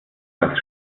das